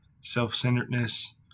self-centeredness